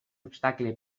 obstacle